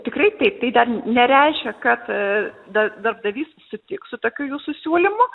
tikrai taip tai dar nereiškia kad da darbdavys sutiks su tokiu jūsų siūlymu